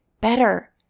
better